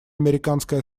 американской